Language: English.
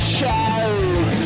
show